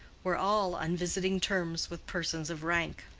were all on visiting terms with persons of rank.